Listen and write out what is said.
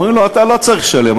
אומרים לו: אתה לא צריך לשלם,